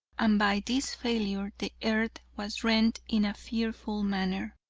and by this failure the earth was rent in a fearful manner,